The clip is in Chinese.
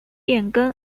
变更